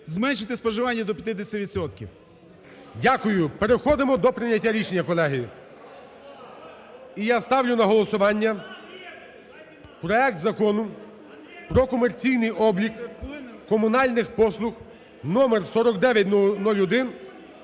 зменшити споживання до 50 відсотків. ГОЛОВУЮЧИЙ. Дякую. Переходимо до прийняття рішення, колеги. І я ставлю на голосування проект Закону про комерційний облік комунальних послуг (номер 4901)